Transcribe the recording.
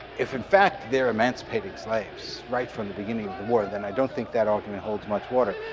if in fact they're emancipating slaves right from the beginning of the war, then i don't think that argument holds much water.